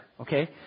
okay